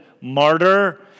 martyr